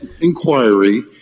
inquiry